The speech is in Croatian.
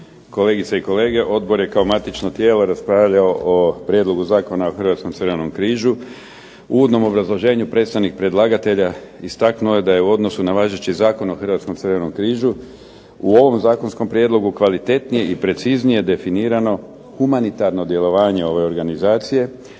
kolegice i kolege. Odbor je kao matično tijelo raspravljao o Prijedlogu zakona o Hrvatskom Crvenom križu. U uvodnom obrazloženju predstavnik predlagatelja istaknuo je da je u odnosu na važeći Zakon o Hrvatskom Crvenom križu u ovom zakonskom prijedlogu kvalitetnije i preciznije definirano humanitarno djelovanje ove organizacije,